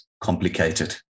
complicated